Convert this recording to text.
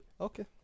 okay